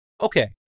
Okay